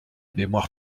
mémoire